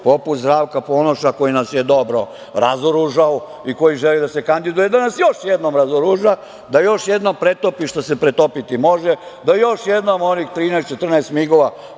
poput Zdravka Ponoša koji nas je dobro razoružao i koji želi da se kandiduje, da nas još jednom razoruža, da još jednom pretopi što se pretopiti može, da još jednom onih 13, 14 migova